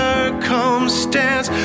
Circumstance